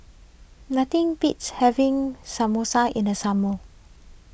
nothing beats having Samosa in the summer